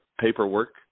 paperwork